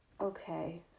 okay